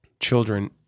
children